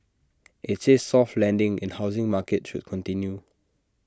IT says soft landing in housing market should continue